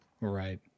Right